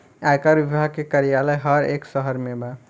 आयकर विभाग के कार्यालय हर एक शहर में बा